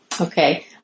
Okay